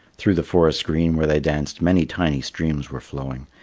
through the forest green where they danced many tiny streams were flowing,